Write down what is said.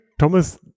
Thomas